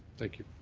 thank you.